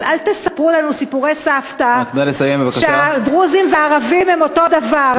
אז אל תספרו לנו סיפורי סבתא שהדרוזים והערבים הם אותו הדבר.